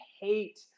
hate